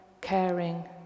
caring